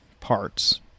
parts